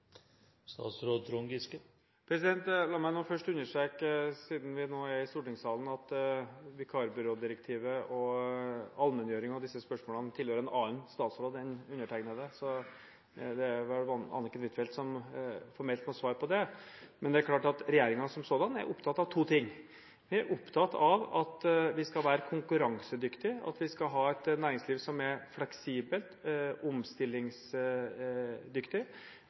La meg først understreke – siden vi nå er i stortingssalen – at vikarbyrådirektivet og allmenngjøring av disse spørsmålene tilhører en annen statsråd enn undertegnede. Det er vel Anniken Huitfeldt som formelt må svare på det, men det er klart at regjeringen som sådan er opptatt av to ting: Vi er opptatt av at vi skal være konkurransedyktige, og at vi skal ha et næringsliv som er fleksibelt, omstillingsdyktig